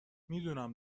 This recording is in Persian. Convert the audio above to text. میدونم